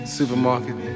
supermarket